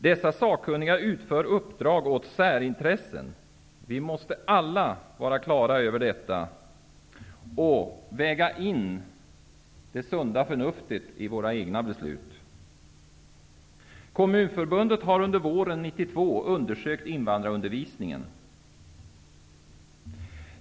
Dessa sakkunniga utför uppdrag åt särintressen. Vi måste alla vara klara över detta och väga in det sunda förnuftet i våra egna beslut. undersökt invandrarundervisningen.